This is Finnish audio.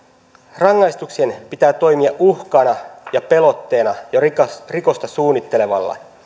rangaistuksien pitää toimia uhkana ja pelotteena jo rikosta rikosta suunnittelevalle